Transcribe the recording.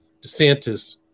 DeSantis